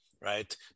right